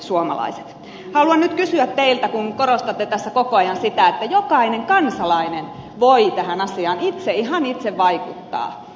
haluan nyt kysyä teiltä kun korostatte tässä koko ajan sitä että jokainen kansalainen voi tähän asiaan ihan itse vaikuttaa